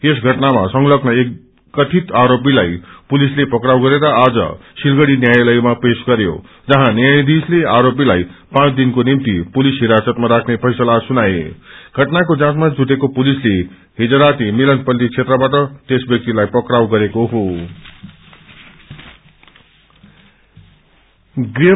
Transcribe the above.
यस षटनामा संतब्न एक क्रथित आरोपीलाई पुलिसले फक्राउ गरेर आज सतिगङ्गी न्यायालयामा पेश गरयो जर्क्षे न्खयायीशले आरोपीलाई पाँच दिनको निम्ति पुलिस हिरासतमा राख्ने फैसला सुनाए घटनाको जाँचमा जुटेको पुलिसले हिज राति मिलनपल्ली क्षेत्रवाट त्य व्याक्तिलाई पक्राउ गरयो